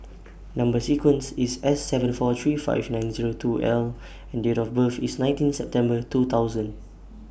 Number sequence IS S seven four three five nine Zero two L and Date of birth IS nineteen September two thousand